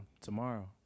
tomorrow